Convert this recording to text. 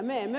me emme